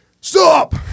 stop